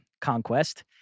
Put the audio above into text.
conquest